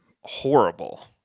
horrible